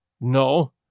No